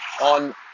on